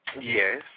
Yes